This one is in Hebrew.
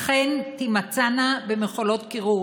אכן תימצאנה במכולות קירור?